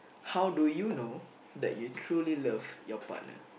how do you know that you truly love your partner